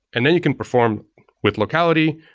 and then you can perform with locality,